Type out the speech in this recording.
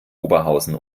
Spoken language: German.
oberhausen